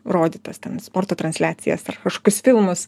rodytas ten sporto transliacijas ar kažkokius filmus